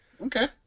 Okay